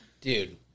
Dude